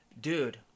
Dude